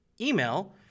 email